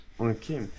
Okay